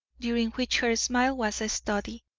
during which her smile was a study,